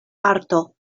arto